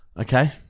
Okay